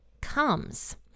comes